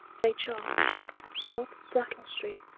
they charge up brattle street.